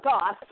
God